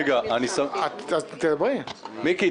יועז,